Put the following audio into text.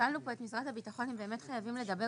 שאלנו פה את משרד הביטחון אם באמת חייבים לדבר